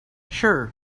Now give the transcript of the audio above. sure